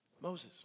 Moses